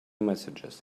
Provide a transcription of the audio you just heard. messages